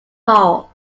hall